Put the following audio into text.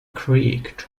creek